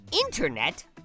internet